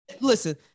Listen